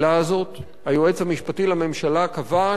היועץ המשפטי לממשלה קבע שאין אפילו עילה